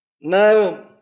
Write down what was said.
Now